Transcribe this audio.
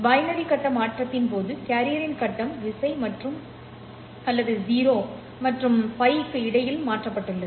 binary கட்ட மாற்றத்தின் போது கேரியரின் கட்டம் விசை அல்லது 0 மற்றும் πக்கு இடையில் மாற்றப்பட்டுள்ளது